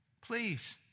Please